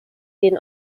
den